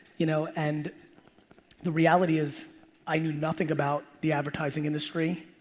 you know and the reality is i knew nothing about the advertising industry